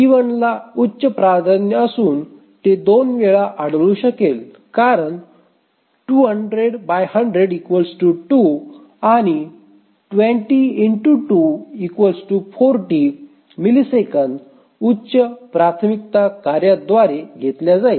T1 ला उच्च प्राधान्य असून ते २ वेळा आढळू शकेल कारण आणि 20∗240 मिलिसेकंद उच्च प्राथमिकता कार्याद्वारे घेतल्या जाईल